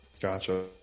Gotcha